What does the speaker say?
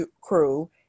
crew